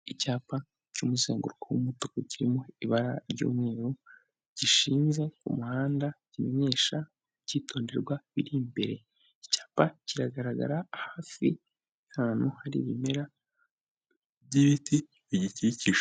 Icyapa cy'umuzenguruko w'umutuku, kirimo ibara ry'umweru gishinze muhanda kimenyesha icyitonderwa biri imbere, icyapa kiragaragara hafi y'ahantu hari ibimera by'ibiti bigikikije.